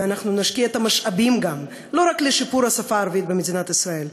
ונשקיע את המשאבים לא רק בשיפור השפה הערבית במדינת ישראל,